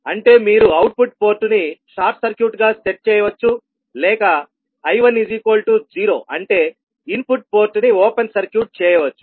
అంటే మీరు output port ని షార్ట్ సర్క్యూట్ గా సెట్ చేయవచ్చు లేక I10 అంటే ఇన్పుట్ పోర్ట్ ని ఓపెన్ సర్క్యూట్ చేయవచ్చు